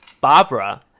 Barbara